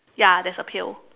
ya there's a pail